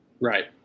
Right